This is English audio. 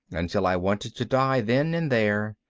until i wanted to die then and there,